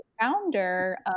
founder